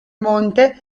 monte